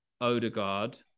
Odegaard